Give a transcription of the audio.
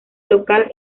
local